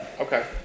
Okay